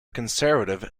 conservative